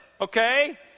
Okay